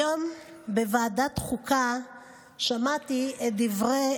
היום בוועדת החוקה שמעתי את דברי